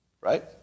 right